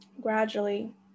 Gradually